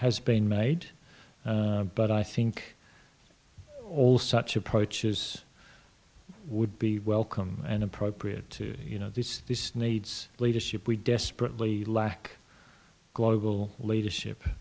has been made but i think all such approaches would be welcome and appropriate you know this needs leadership we desperately lack global leadership